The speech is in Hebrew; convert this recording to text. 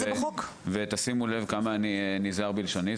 שימו לב כמה אני נזהר בלשוני.